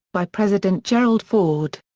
by president gerald ford.